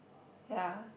ya